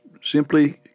simply